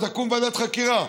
ותקום ועדת חקירה.